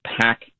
pack